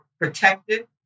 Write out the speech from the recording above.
protected